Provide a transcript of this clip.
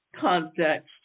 context